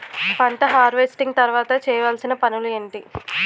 పంట హార్వెస్టింగ్ తర్వాత చేయవలసిన పనులు ఏంటి?